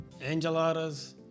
Angeladas